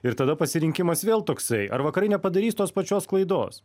ir tada pasirinkimas vėl toksai ar vakarai nepadarys tos pačios klaidos